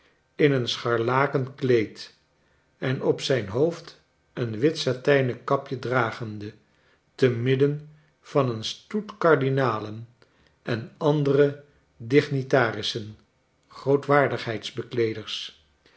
in een scharlaken kleed en op zijn hoofd een wit satijnen kapje dragende te midden van een stoet kardinalen en andere dignitarissen